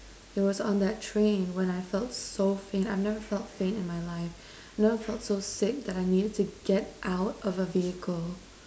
it was on that train when I felt so faint I've never felt faint in my life I've never felt so sick that I needed to get out of a vehicle